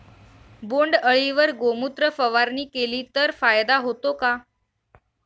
बोंडअळीवर गोमूत्र फवारणी केली तर फायदा होतो का?